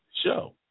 show